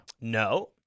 No